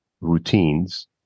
routines